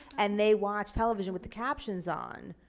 and they watch television with the captions on,